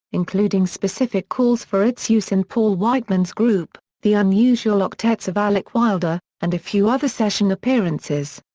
including specific calls for its use in paul whiteman's group, the unusual octets of alec wilder, and a few other session appearances.